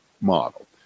model